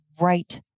right